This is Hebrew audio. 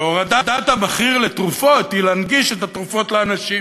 הורדת מחיר התרופות היא הנגשת התרופות לאנשים,